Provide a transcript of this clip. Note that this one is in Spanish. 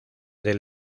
del